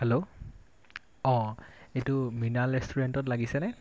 hello অঁ এইটো মৃণাল ৰেষ্টুৰেণ্টত লাগিছেনে